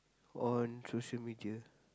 on social-media